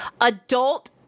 adult